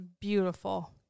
beautiful